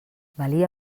valia